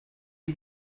eat